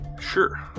Sure